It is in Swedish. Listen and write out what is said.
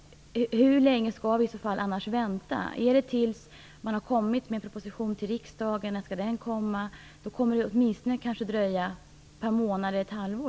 Hur länge skall vi i annat fall vänta? Är det tills regeringen har lämnat en proposition till riksdagen? När skall den komma? Det kommer åtminstone att dröja ytterligare ett par månader eller ett halvår.